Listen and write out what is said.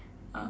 uh